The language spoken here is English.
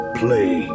play